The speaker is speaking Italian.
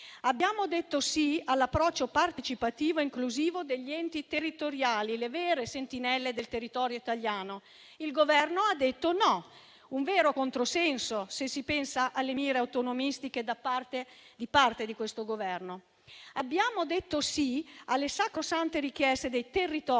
Abbiamo detto sì all'approccio partecipativo e inclusivo degli enti territoriali, le vere sentinelle del territorio italiano. Il Governo ha detto no: un vero controsenso se si pensa alle mire autonomistiche di parte di questo Governo. Abbiamo detto sì alle sacrosante richieste dei territori